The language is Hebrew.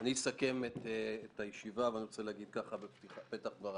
אני אסכם את הישיבה ואני רוצה להגיד בפתח דבריי,